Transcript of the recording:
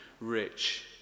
rich